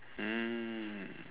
mm